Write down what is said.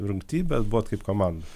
rungty bet buvot kaip komanda